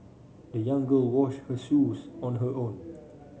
the young girl washed her shoes on her own